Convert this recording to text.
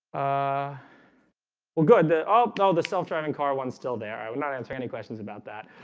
ah well good the oh, oh the self-driving car ones still there, i would not answer any questions about that